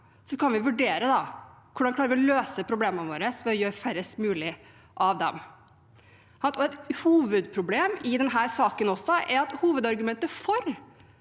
– kan vurdere hvordan vi klarer å løse problemene våre ved å gjøre færrest mulig av dem. Et hovedproblem i denne saken er også at hovedargumentet for